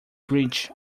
breach